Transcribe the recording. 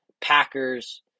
Packers